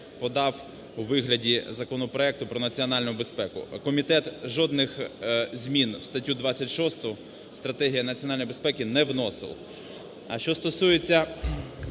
подав у вигляді законопроекту про національну безпеку. Комітет жодних змін в статтю 26, стратегія національної безпеки, не вносив.